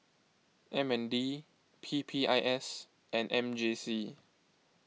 M N D P P I S and M J C